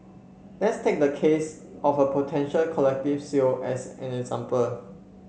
let's take the case of a potential collective sale as an example